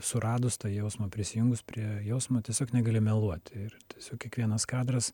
suradus tą jausmą prisijungus prie jausmo tiesiog negali meluoti ir tiesiog kiekvienas kadras